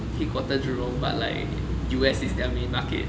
headquarter jurong but like U_S is their main market